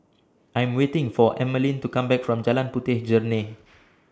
I Am waiting For Emmaline to Come Back from Jalan Puteh Jerneh